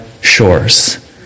shores